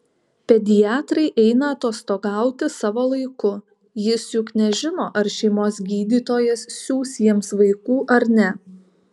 pediatrai eina atostogauti savo laiku jis juk nežino ar šeimos gydytojas siųs jiems vaikų ar ne